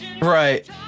Right